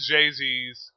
Jay-Z's